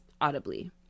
audibly